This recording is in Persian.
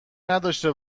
نداشته